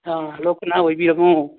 ꯑꯥ hello ꯀꯅꯥ ꯑꯣꯏꯕꯤꯔꯕꯅꯣ